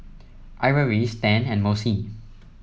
Ivory Stan and Mossie